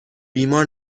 بیمار